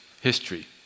history